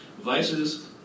Vices